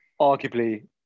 arguably